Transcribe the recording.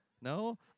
No